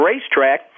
racetrack